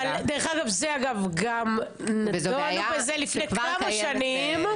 זה גם נדון לפני כמה שנים,